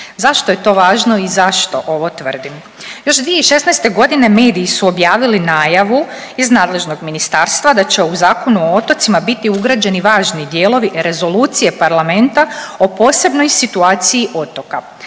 Zašto je to važno i zašto ovo tvrdim? Još 2016. godine mediji su objavili najavu iz nadležnog ministarstva da će u Zakonu o otocima biti ugrađeni važni dijelovi Rezolucije parlamenta o posebnoj situaciji otoka.